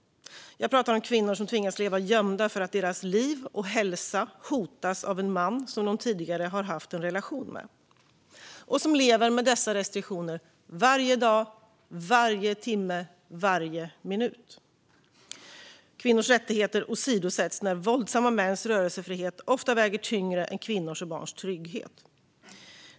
Jag pratar om kvinnor som tvingas leva gömda för att deras liv och hälsa hotas av en man som de tidigare har haft en relation med. De lever med dessa restriktioner varje dag, varje timme och varje minut. Kvinnors rättigheter åsidosätts när våldsamma mäns rörelsefrihet ofta väger tyngre än kvinnors och barns trygghet.